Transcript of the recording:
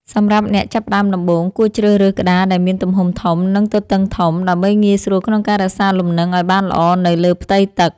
សម្រាប់អ្នកចាប់ផ្ដើមដំបូង គួរជ្រើសរើសក្តារដែលមានទំហំធំ និងទទឹងធំ ដើម្បីងាយស្រួលក្នុងការរក្សាលំនឹងឱ្យបានល្អនៅលើផ្ទៃទឹក។